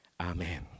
amen